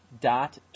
dot